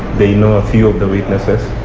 they know a few